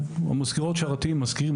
מזכירים,